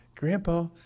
Grandpa